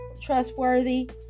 trustworthy